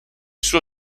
suo